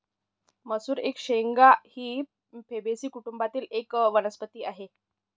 मसूर एक शेंगा ही फेबेसी कुटुंबातील एक वनस्पती आहे